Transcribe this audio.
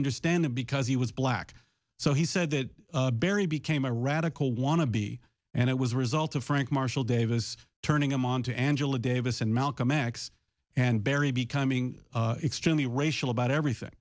understand it because he was black so he said that barry became a radical want to be and it was a result of frank marshall davis turning him on to angela davis and malcolm x and barry becoming extremely racial about everything